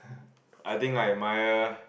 I think I admire